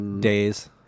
days